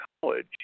college